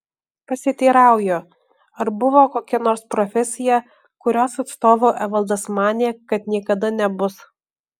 pasiteirauju ar buvo kokia nors profesija kurios atstovu evaldas manė kad niekada nebus